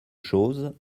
choses